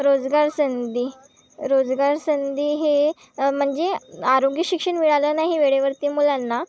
रोजगार संधी रोजगार संधी हे म्हणजे आरोग्य शिक्षण मिळालं नाही वेळेवरती मुलांना